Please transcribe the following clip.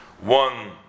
one